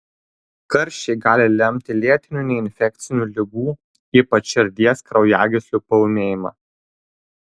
karščiai gali lemti lėtinių neinfekcinių ligų ypač širdies kraujagyslių paūmėjimą